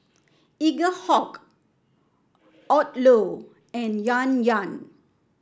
Eaglehawk Odlo and Yan Yan